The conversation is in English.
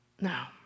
Now